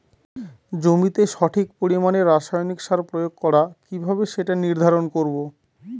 জমিতে সঠিক পরিমাণে রাসায়নিক সার প্রয়োগ করা কিভাবে সেটা নির্ধারণ করব?